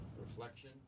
reflection